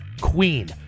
Queen